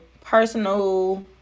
personal